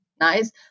nice